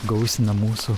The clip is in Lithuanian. gausina mūsų